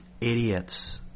idiots